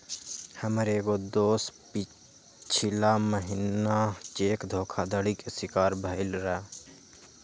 हमर एगो दोस पछिला महिन्ना चेक धोखाधड़ी के शिकार भेलइ र